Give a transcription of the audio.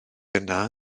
yna